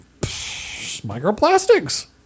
microplastics